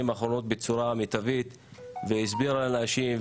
האחרונות בצורה מיטבית והסבירה לאנשים,